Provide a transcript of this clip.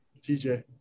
TJ